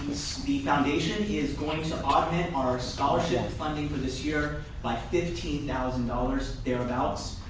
the foundation is going to augment our scholarship funding for this year by fifteen thousand dollars there abouts.